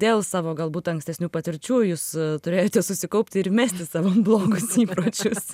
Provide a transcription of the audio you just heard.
dėl savo galbūt ankstesnių patirčių jūs turėjote susikaupti ir mesti savo blogus įpročius